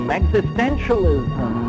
existentialism